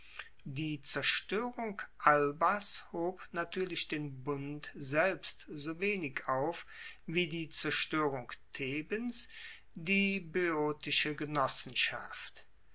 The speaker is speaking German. die zerstoerung albas hob natuerlich den bund selbst so wenig auf wie die zerstoerung thebens die boeotische genossenschaft